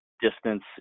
distance